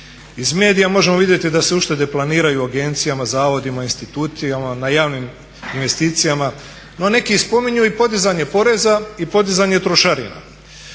Iz medija možemo vidjeti da se uštede planiraju agencijama, zavodima, institutima, na javnim investicijama no neki i spominju podizanje poreza i podizanje trošarina.